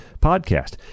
podcast